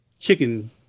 chicken